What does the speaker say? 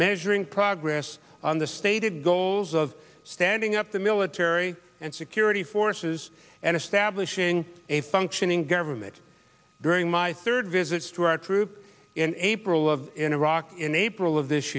measuring progress on the stated goals of standing up the military and security forces and establishing a functioning government during my third visit to our troops in april of in iraq in april of this